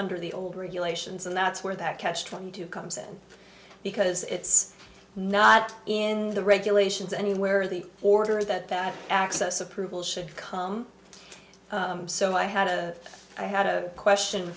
under the old regulations and that's where that catch twenty two comes in because it's not in the regulations anywhere the order is that that access approval should come so i had a i had a question